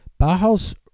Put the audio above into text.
Bauhaus